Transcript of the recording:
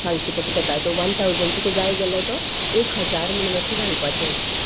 सांगचे पडटा ताका वन ठावजंड तुका जाय जाल्यार तो एक हजार म्हणून अशें घालपाचें